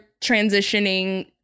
transitioning